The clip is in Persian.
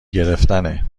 گرفتنه